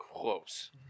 Close